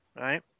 Right